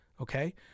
Okay